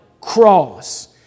cross